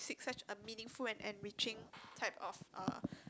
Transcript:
said such a meaningful and enriching type of uh